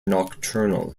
nocturnal